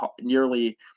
nearly